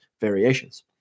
variations